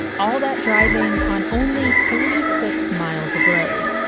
all that driving on only thirty six miles of road.